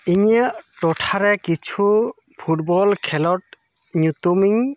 ᱤᱧᱟᱹᱜ ᱴᱚᱴᱷᱟᱨᱮ ᱠᱤᱪᱷᱩ ᱯᱷᱩᱴᱵᱚᱞ ᱠᱷᱮᱞᱳᱰ ᱧᱩᱛᱩᱢᱤᱧ